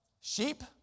sheep